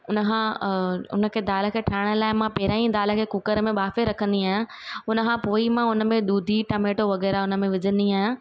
उनखां उनखे दाल खे ठाहिण लाइ मां पहिरां ई दाल खे कुकर में बाफ़े रखंदी आहियां उनखां पोइ मां उन में दुधी टमैटो वग़ैरह हुन में विझंदी आहियां